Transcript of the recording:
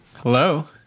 Hello